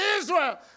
Israel